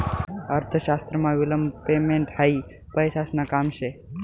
अर्थशास्त्रमा विलंब पेमेंट हायी पैसासन काम शे